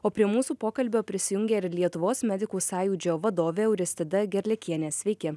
o prie mūsų pokalbio prisijungia ir lietuvos medikų sąjūdžio vadovė auristida gerliakienė sveiki